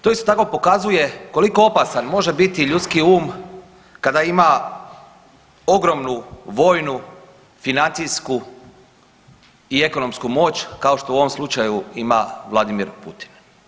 To isto tako pokazuje koliko opasan može biti ljudski um kada ima ogromnu vojnu, financijsku i ekonomsku moć kao što u ovom slučaju ima Vladimir Putin.